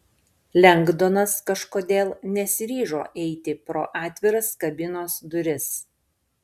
lengdonas kažkodėl nesiryžo eiti pro atviras kabinos duris